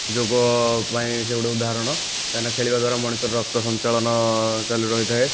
ଯୋଗ ପାଇଁ ସେ ଗୋଟେ ଉଦାହରଣ କାଇଁନା ଖେଳିବା ଦ୍ୱାରା ମଣିଷର ରକ୍ତ ସଂଚାଳନ ଚାଲୁ ରହିଥାଏ